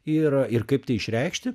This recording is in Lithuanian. ir ir kaip tai išreikšti